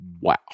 wow